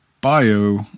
bio